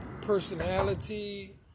personality